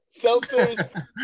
Seltzers